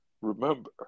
Remember